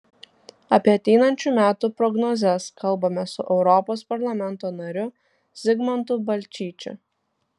apie ateinančių metų prognozes kalbamės su europos parlamento nariu zigmantu balčyčiu